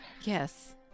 Yes